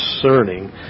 concerning